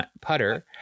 putter